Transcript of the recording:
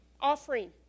offering